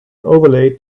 overlay